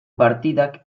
partidak